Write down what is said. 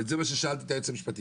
וזה מה ששאלתי את היועץ המשפטי.